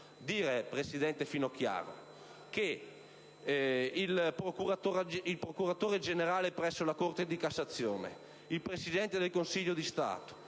credo che affermare che il Procuratore generale presso la Corte di cassazione, il Presidente del Consiglio di Stato,